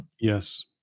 Yes